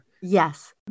Yes